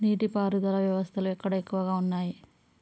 నీటి పారుదల వ్యవస్థలు ఎక్కడ ఎక్కువగా ఉన్నాయి?